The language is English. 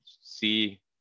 see